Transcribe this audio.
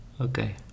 Okay